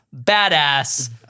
badass